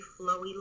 flowy